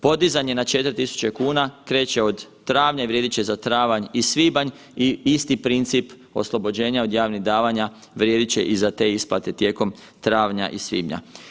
Podizanje na 4.000,00 kn kreće od travnja i vrijedit će za travanj i svibanj i isti princip oslobođenja od javnih davanja vrijedit će i za te isplate tijekom travnja i svibnja.